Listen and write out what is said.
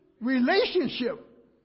relationship